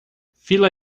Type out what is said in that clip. fila